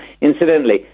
Incidentally